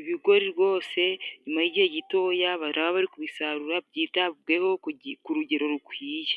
Ibigori rwose nyuma y'igihe gitoya baraba bari ku bisarura byitabweho ku rugero rukwiye.